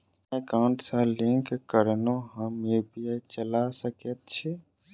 बिना एकाउंट सँ लिंक करौने हम यु.पी.आई चला सकैत छी?